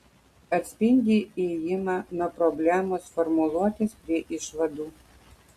atspindi ėjimą nuo problemos formuluotės prie išvadų